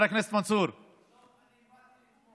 לא, אני באתי לתמוך.